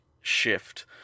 shift